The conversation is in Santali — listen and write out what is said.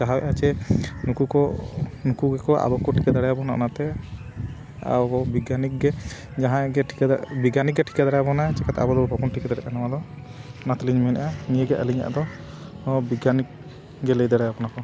ᱪᱟᱦᱟᱣ ᱮᱜᱼᱟ ᱡᱮ ᱱᱩᱠᱩ ᱠᱚ ᱱᱩᱠᱩ ᱜᱮᱠᱚ ᱟᱵᱚ ᱠᱚ ᱴᱷᱤᱠᱟᱹ ᱫᱟᱲᱮᱭᱟᱵᱚᱱᱟ ᱚᱱᱟᱛᱮ ᱟᱵᱚ ᱵᱤᱜᱽᱜᱟᱱᱤᱠ ᱜᱮ ᱡᱟᱦᱟᱸᱭ ᱜᱮ ᱴᱷᱤᱠᱟᱹ ᱫᱟᱲᱮᱭᱟᱜᱼᱟ ᱵᱤᱜᱽᱜᱟᱱᱤᱠ ᱮ ᱴᱷᱤᱠᱟᱹ ᱫᱟᱲᱮ ᱟᱵᱚᱱᱟ ᱪᱤᱠᱟᱹᱛᱮ ᱟᱵᱚ ᱫᱚ ᱵᱟᱠᱚ ᱴᱷᱤᱠᱟᱹ ᱫᱟᱲᱮᱭᱟᱜᱼᱟ ᱱᱚᱣᱟ ᱫᱚ ᱚᱱᱟ ᱛᱮᱞᱤᱧ ᱢᱮᱱᱮᱜᱼᱟ ᱱᱤᱭᱟᱹᱜᱮ ᱟᱹᱞᱤᱧᱟᱜ ᱫᱚ ᱦᱚᱸ ᱵᱤᱜᱽᱜᱟᱱᱤᱠ ᱜᱮ ᱞᱟᱹᱭ ᱫᱟᱲᱮᱭᱟᱵᱚᱱᱟ ᱠᱚ